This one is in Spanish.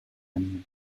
año